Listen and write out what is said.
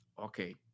Okay